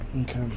Okay